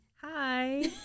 Hi